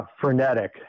frenetic